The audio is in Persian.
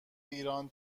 ایران